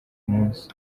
munsi